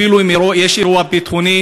אפילו אם יש אירוע ביטחוני,